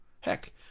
Heck